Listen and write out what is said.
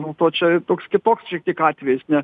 nu tuo čia toks kitoks šiek tiek atvejis ne